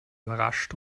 überrascht